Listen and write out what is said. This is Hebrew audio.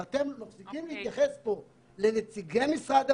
איך אתם מפסיקים להתייחס פה לנציגי משרד בריאות,